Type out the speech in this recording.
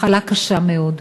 מחלה קשה מאוד.